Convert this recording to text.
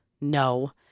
No